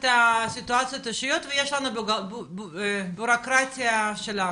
יש את הסיטואציות האישיות ויש לנו גם בירוקרטיה שלנו,